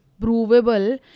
provable